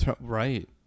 Right